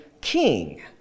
king